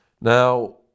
Now